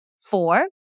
four